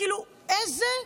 כאילו, איזה,